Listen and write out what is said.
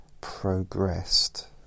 progressed